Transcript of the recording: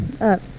up